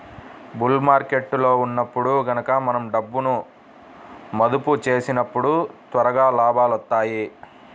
bull మార్కెట్టులో ఉన్నప్పుడు గనక మనం డబ్బును మదుపు చేసినప్పుడు త్వరగా లాభాలొత్తాయి